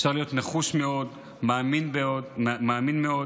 אפשר להיות נחוש מאוד, מאמין מאוד,